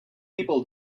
people